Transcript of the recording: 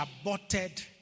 aborted